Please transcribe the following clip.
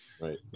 Right